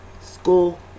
School